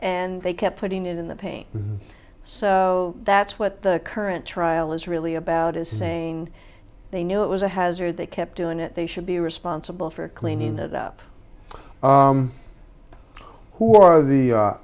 and they kept putting it in the paint so that's what the current trial is really about is saying they knew it was a hazard they kept doing it they should be responsible for cleaning it up who are the